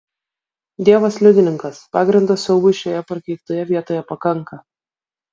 dievas liudininkas pagrindo siaubui šioje prakeiktoje vietoje pakanka